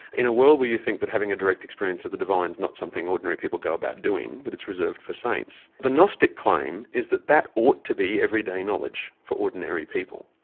in a world where you think that having a direct experience of the divine is not something ordinary people go about doing, that it's reserved for saints, the gnostic claim is that that ought to be everyday knowledge for ordinary people,